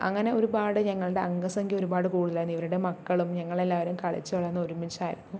അങ്ങനെ ഒരുപാട് ഞങ്ങളുടെ അംഗ സംഖ്യ ഒരുപാട് കൂടുതലായിരുന്നു ഇവരുടെ മക്കളും ഞങ്ങൾ എല്ലാവരും കളിച്ച് വളർന്നത് ഒരുമിച്ചായിരുന്നു